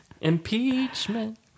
impeachment